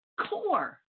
core